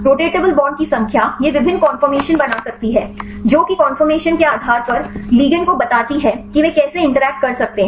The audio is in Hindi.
रोटेटेबल बॉन्ड की संख्या यह विभिन्न कन्फोर्मशन बना सकती है जो कि कन्फोर्मशन के आधार पर लिगैंड को बताती है कि वे कैसे इंटरैक्ट कर सकते हैं